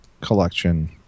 collection